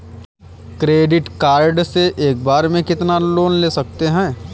Credit card से एक बार में कितना लोन ले सकते हैं?